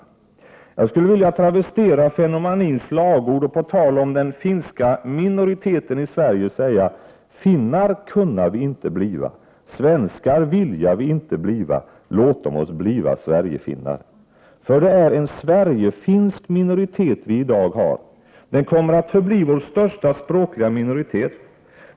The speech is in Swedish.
Jag skulle vilja travestera fennomanins slagord och på tal om den finska minoriteten i Sverige säga: Finnar kunna vi inte bliva, svenskar vilja vi inte bliva, låtom oss bliva Sverigefinnar. Det är en Sverigefinsk minoritet vi i dag har. Den kommer att förbli vår största språkliga minoritet.